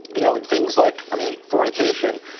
you know, and things like, i mean, fornication.